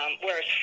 whereas